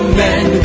men